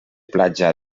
platja